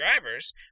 drivers